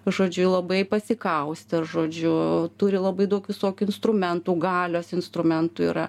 žodžiu labai pasikaustęs žodžiu turi labai daug visokių instrumentų galios instrumentų yra